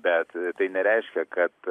bet tai nereiškia kad